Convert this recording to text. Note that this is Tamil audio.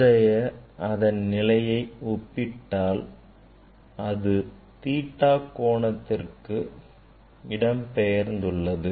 முந்தைய அதன் நிலையை ஒப்பிட்டால் அது theta கோணத்திற்கு இடம்பெயர்ந்துள்ளது